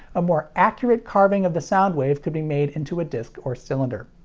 a more accurate carving of the sound wave could be made into a disc or cylinder.